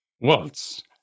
Waltz